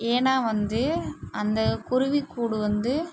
ஏன்னா வந்து அந்த குருவிக்கூடு வந்து